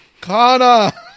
Kana